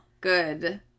Good